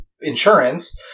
insurance